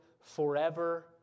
forever